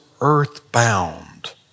earthbound